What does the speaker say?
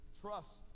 Trust